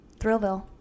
Thrillville